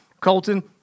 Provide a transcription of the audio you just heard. Colton